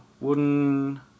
wooden